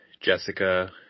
Jessica